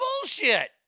bullshit